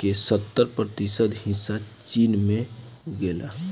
के सत्तर प्रतिशत हिस्सा चीन में उगेला